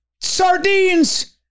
sardines